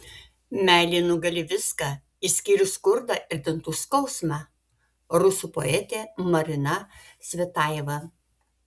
meilė nugali viską išskyrus skurdą ir dantų skausmą rusų poetė marina cvetajeva